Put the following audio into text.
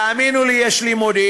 ותאמינו לי, יש לי מודיעין.